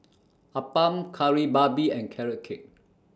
Appam Kari Babi and Carrot Cake